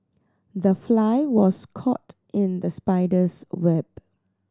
the fly was caught in the spider's web